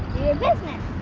business.